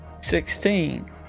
Sixteen